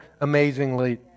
amazingly